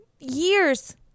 Years